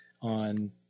on